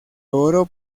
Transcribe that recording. oro